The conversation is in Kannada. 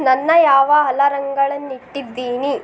ನನ್ನ ಯಾವ ಹಲರಂಗಳನ್ನಿಟ್ಟಿದ್ದೀನಿ